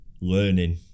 learning